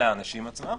לאנשים עצמם,